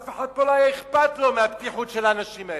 אף אחד פה לא היה אכפת לו מהבטיחות של האנשים האלה.